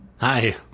Hi